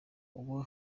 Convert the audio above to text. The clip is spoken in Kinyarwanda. ubu